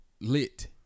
lit